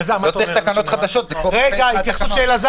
לא צריך תקנות חדשות, זה copy-paste מהתקנות.